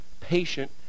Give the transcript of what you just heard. patient